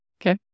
Okay